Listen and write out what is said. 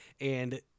And-